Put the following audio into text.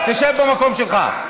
תשב במקום שלך.